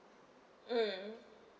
mm